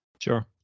Sure